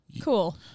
Cool